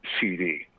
CD